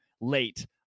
late